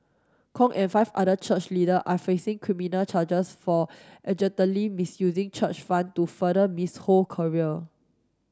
Kong and five other church leader are facing criminal charges for misusing church funds to further Miss Ho career